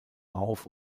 auf